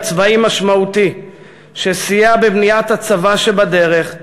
צבאי משמעותי שסייע בבניית הצבא שבדרך,